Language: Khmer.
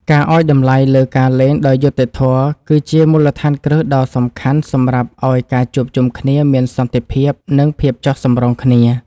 ការឱ្យតម្លៃលើការលេងដោយយុត្តិធម៌ គឺជាមូលដ្ឋានគ្រឹះដ៏សំខាន់សម្រាប់ឱ្យការជួបជុំគ្នាមានសន្តិភាព និងភាពចុះសម្រុងគ្នា។